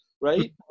right